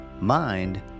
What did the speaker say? mind